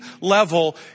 level